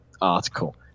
article